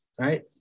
Right